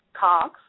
Cox